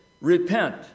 Repent